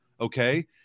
okay